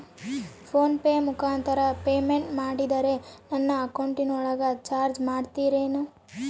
Phone pay ಮುಖಾಂತರ payment ಮಾಡಿದರೆ ನನ್ನ ಅಕೌಂಟಿನೊಳಗ ಚಾರ್ಜ್ ಮಾಡ್ತಿರೇನು?